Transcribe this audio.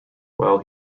while